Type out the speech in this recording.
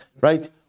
right